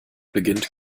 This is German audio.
beginnt